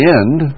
end